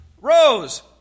Rose